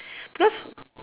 because